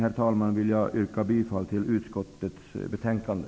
Som avslutning vill jag yrka bifall till hemställan i utskottets betänkande.